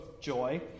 Joy